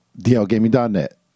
dlgaming.net